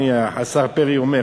אומר השר פרי.